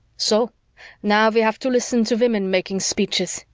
so now we have to listen to women making speeches,